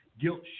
guilt